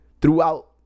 throughout